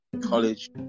college